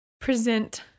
present